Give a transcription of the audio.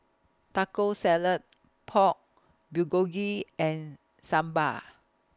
Taco Salad Pork Bulgogi and Sambar